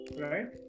Right